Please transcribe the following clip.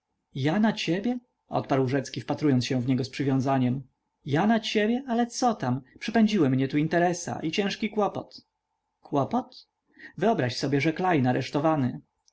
ja na ciebie odparł rzecki wpatrując się w niego z przywiązaniem ja na ciebie ale cotam przypędziły mnie tu interesa i ciężki kłopot kłopot wyobraź sobie że klejn aresztowany